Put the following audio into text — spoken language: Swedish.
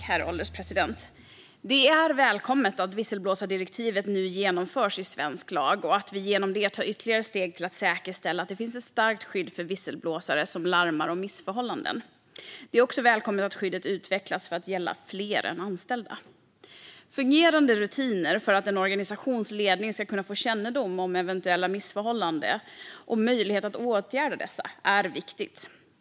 Herr ålderspresident! Det är välkommet att visselblåsardirektivet nu genomförs i svensk lag och att vi genom det tar ytterligare steg för att säkerställa att det finns ett starkt skydd för visselblåsare som larmar om missförhållanden. Det är också välkommet att skyddet utvecklas till att gälla fler än anställda. Fungerande rutiner för att en organisations ledning ska kunna få kännedom om eventuella missförhållanden och möjlighet att åtgärda dessa är viktigt.